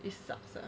it sucks ah